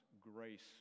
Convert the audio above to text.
grace